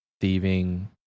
thieving